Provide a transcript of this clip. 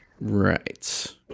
Right